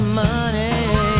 money